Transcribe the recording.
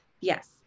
Yes